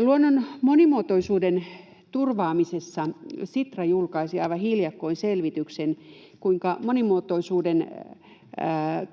Luonnon monimuotoisuuden turvaamisesta Sitra julkaisi aivan hiljakkoin selvityksen, kuinka monimuotoisuuden